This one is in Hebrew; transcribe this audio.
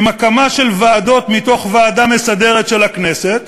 עם הקמה של ועדות מתוך ועדה מסדרת של הכנסת,